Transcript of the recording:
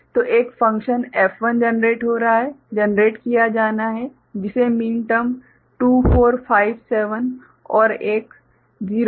तो एक function F1 generate हो रहा है जनरेट किया जाना है जिसे मीन टर्म 2 4 5 7 और एक 01246 मिला है